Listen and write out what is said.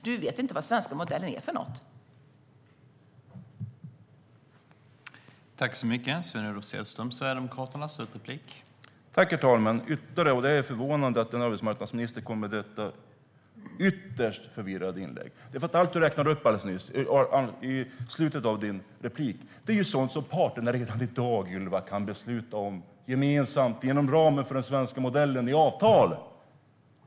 Du vet inte vad den svenska modellen är för något, Sven-Olof Sällström.